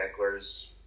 Eckler's